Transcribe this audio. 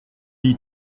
dis